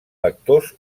vectors